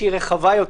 שהיא רחבה יותר,